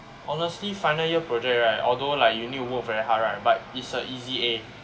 honestly final year project right although like you need to work very hard right but it's a easy a